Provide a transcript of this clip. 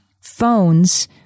Phones